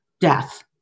death